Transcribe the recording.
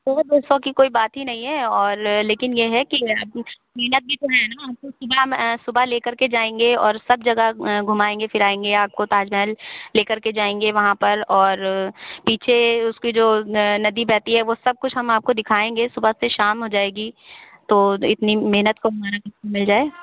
सौ दो सौ की कोई बात ही नहीं है और लेकिन यह हैं कि मेहनत भी तो है ना आपको सुबह हम सुबह ले कर के जाएंगे और सब जगह घुमाएंगे फिराएंगे आपको ताज महल ले करके जाएंगे वहाँ पर और पीछे उसकी जो नदी बहती है वह सब कुछ हम आपको दिखाएंगे सुबह से शाम हो जाएगी तो इतनी मेहनत को हमारा कुछ मिल जाए